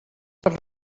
per